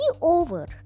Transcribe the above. over